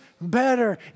better